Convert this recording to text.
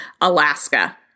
Alaska